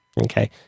Okay